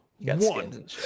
one